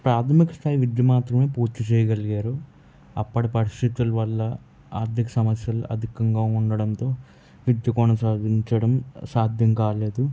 ప్రాధమిక స్థాయి విద్య మాత్రమే పూర్తిచేయగలిగారు అప్పటి పరిస్థితుల వల్ల ఆర్థిక సమస్యలు అధికంగా ఉండడంతో విద్య కొనసాగించడం సాధ్యం కాలేదు